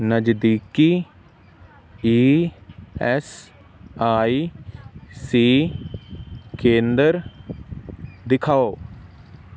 ਨਜ਼ਦੀਕੀ E S I C ਕੇਂਦਰ ਦਿਖਾਓ